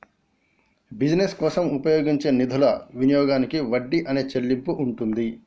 business కోసం ఉపయోగించే నిధుల వినియోగానికి వడ్డీ అనే చెల్లింపు ఉంటుంది